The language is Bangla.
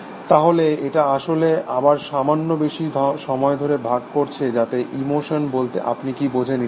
তাহলে এটা আসলে আবার সামান্য বেশি সময় ধরে ভাগ করছে যাতে ইমোশন বলতে আপনি কি বোঝেন ইত্যাদি